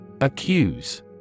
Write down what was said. Accuse